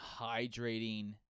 hydrating